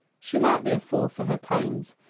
she might be a fool for her pains,